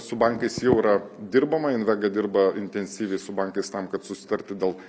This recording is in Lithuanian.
su bankais jau yra dirbama invega dirba intensyviai su bankais tam kad susitarti dėl